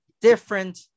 different